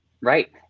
Right